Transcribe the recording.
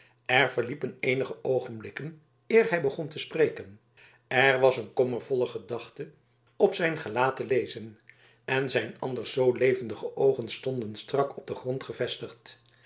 er verliepen eenige oogenblikken eer hij begon te spreken er was een kommervolle gedachte op zijn gelaat te lezen en zijn anders zoo levendige oogen stonden strak op den grond gevestigd